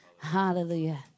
Hallelujah